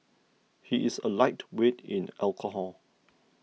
he is a lightweight in alcohol